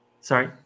Sorry